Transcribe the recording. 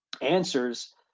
answers